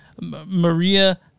Maria